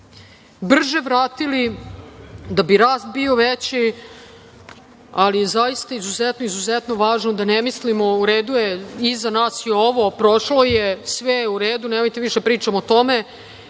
brže vratili, da bi rast bio veći. Ali, zaista je izuzetno važno da ne mislimo, u redu je, iza nas je ovo, prošlo je, sve je u redu, nemojte više da pričamo o tome,